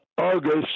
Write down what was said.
August